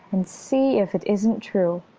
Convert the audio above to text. and see if it isn't true!